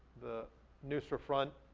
the nusra front